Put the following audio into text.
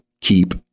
keep